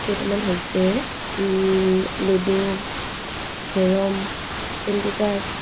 কেইটামান হৈছে ludo carrom candy crash